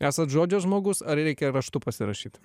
esat žodžio žmogus ar reikia raštu pasirašyt